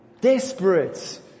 Desperate